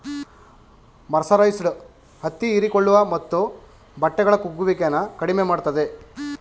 mercerised ಹತ್ತಿ ಹೀರಿಕೊಳ್ಳುವ ಮತ್ತು ಬಟ್ಟೆಗಳ ಕುಗ್ಗುವಿಕೆನ ಕಡಿಮೆ ಮಾಡ್ತದೆ